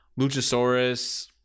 Luchasaurus